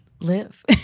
live